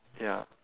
ya